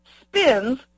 Spins